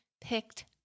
picked